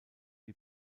die